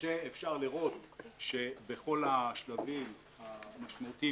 כשאפשר לראות שבכל השלבים המשמעותיים,